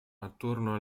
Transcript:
attorno